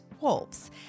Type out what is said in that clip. wolves